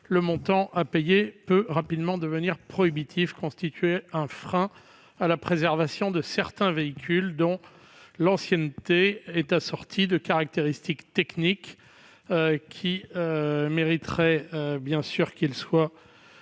Le montant à payer peut rapidement s'avérer prohibitif, ce qui constitue un frein à la préservation de certains véhicules, dont l'ancienneté est assortie de caractéristiques techniques qui justifient leur préservation.